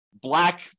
black